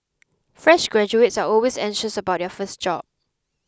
fresh graduates are always anxious about their first job